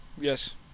Yes